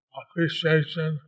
appreciation